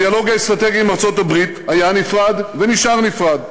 הדיאלוג האסטרטגי עם ארצות-הברית היה נפרד ונשאר נפרד,